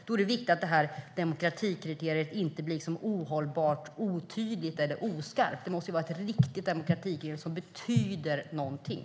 Då är det viktigt att demokratikriteriet inte blir ohållbart, otydligt eller oskarpt. Det måste vara ett riktigt demokratikriterium som betyder någonting.